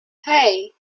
hey